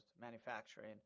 manufacturing